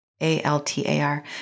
A-L-T-A-R